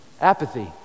apathy